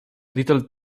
little